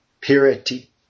purity